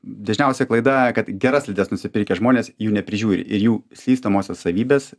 dažniausia klaida kad geras slides nusipirkę žmonės jų neprižiūri ir jų slystamosios savybės